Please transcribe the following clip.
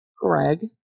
Greg